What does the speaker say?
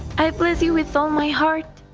i bless you with all my heart.